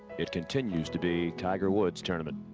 it continues to be tiger woods tournament.